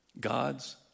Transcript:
God's